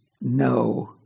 no